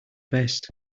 vest